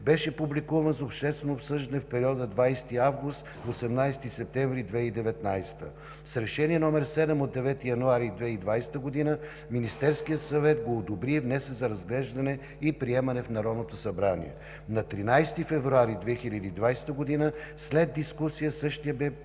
беше публикуван за обществено обсъждане в периода 20 август – 18 септември 2019 г. С Решение № 7 от 9 януари 2020 г. Министерският съвет го одобри и внесе за разглеждане и приемане в Народното събрание. На 13 февруари 2020 г., след дискусия, същият бе приет на